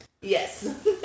Yes